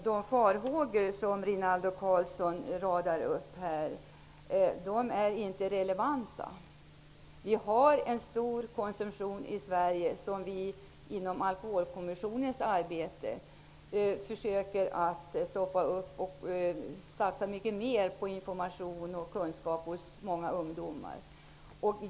De farhågor som Rinaldo Karlsson radar upp är inte relevanta. Vi har en stor alkoholkonsumtion i Sverige, vilken vi inom ramen för Alkoholkommissionens arbete försöker att begränsa. Vi vill satsa mycket mer på information och kunskap hos många ungdomar.